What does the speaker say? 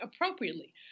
appropriately